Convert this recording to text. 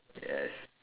yes